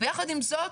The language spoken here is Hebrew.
ויחד עם זאת,